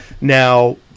Now